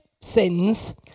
sins